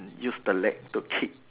use the leg to kick